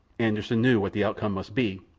anderssen knew what the outcome must be,